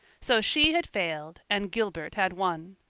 so she had failed and gilbert had won!